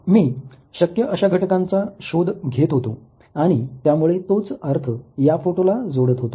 मी शक्य अशा घटकांचा शोध घेत होतो आणि त्यामुळे तोच अर्थ या फोटोला जोडत होतो